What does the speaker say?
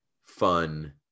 fun